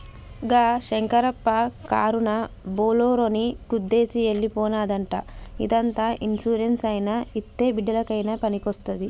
గా శంకరప్ప కారునా బోలోరోని గుద్దేసి ఎల్లి పోనాదంట ఇంత ఇన్సూరెన్స్ అయినా ఇత్తే బిడ్డలకయినా పనికొస్తాది